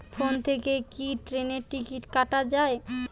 Phone থেকে কি ট্রেনের টিকিট কাটা য়ায়?